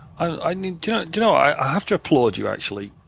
i mean you know i have to applaud you, actually.